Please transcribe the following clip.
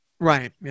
right